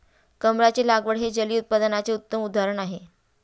कमळाची लागवड हे जलिय उत्पादनाचे उत्तम उदाहरण आहे